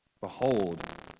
Behold